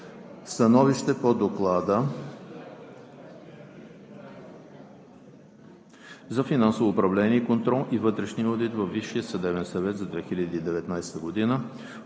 Становище по Доклада за финансово управление и контрол и вътрешния одит във Висшия съдебен съвет за 2019 г.